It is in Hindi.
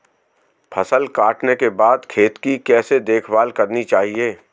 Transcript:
फसल काटने के बाद खेत की कैसे देखभाल करनी चाहिए?